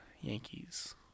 Yankees